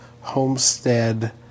homestead